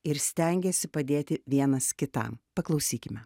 ir stengiasi padėti vienas kitam paklausykime